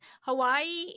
Hawaii